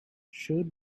showed